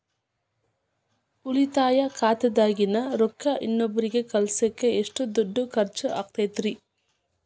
ಉಳಿತಾಯ ಖಾತೆದಾಗಿನ ರೊಕ್ಕ ಇನ್ನೊಬ್ಬರಿಗ ಕಳಸಾಕ್ ಎಷ್ಟ ದುಡ್ಡು ಖರ್ಚ ಆಗ್ತೈತ್ರಿ?